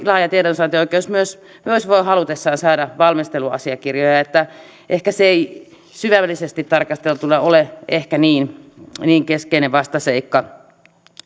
laaja tiedonsaantioikeus voi myös halutessaan saada valmisteluasiakirjoja niin että ehkä se ei syvällisesti tarkasteltuna ole niin niin keskeinen vastaseikka